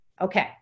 Okay